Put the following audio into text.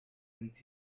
museums